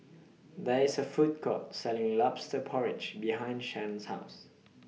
There IS A Food Court Selling Lobster Porridge behind Shon's House